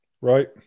Right